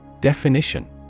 Definition